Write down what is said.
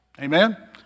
Amen